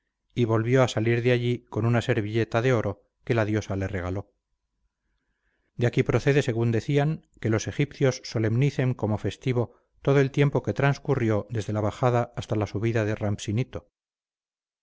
y volvió a salir de allí con una servilleta de oro que la diosa le regaló de aquí procede según decían que los egipcios solemnicen como festivo todo el tiempo que trascurrió desde la bajada hasta la subida de